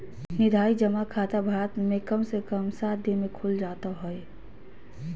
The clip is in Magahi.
निर्धारित जमा खाता भारत मे कम से कम सात दिन मे खुल जाता हय